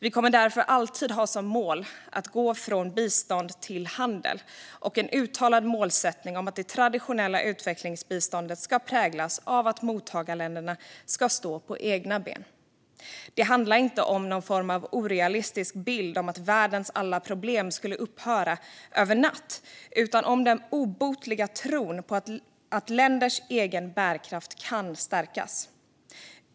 Vi kommer därför alltid att ha som mål att gå från bistånd till handel och en uttalad målsättning att det traditionella utvecklingsbiståndet ska präglas av att mottagarländerna ska stå på egna ben. Det handlar inte om någon form av orealistisk bild av att världens alla problem skulle upphöra över en natt utan om den obotliga tron på att länders egen bärkraft kan stärkas.